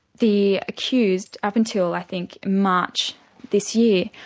the accused up until i think march this year,